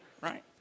Right